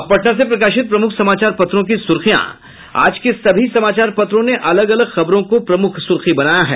अब पटना से प्रकाशित प्रमुख समाचार पत्रों की सुर्खियां आज के सभी समाचार पत्रों ने अलग अलग खबरों को प्रमुख सुर्खी बनाया है